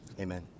Amen